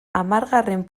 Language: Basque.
hamargarren